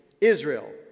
Israel